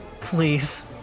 Please